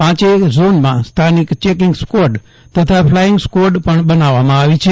પાંચેય ઝોનમાં સ્થાનિક ચેકિંગ સ્કવોડ તથા ફ્લાઇંગ સ્કવોડ પણ બનાવવામાં આવી છે